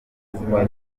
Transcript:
zimwe